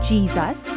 Jesus